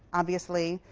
obviously,